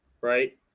right